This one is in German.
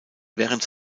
während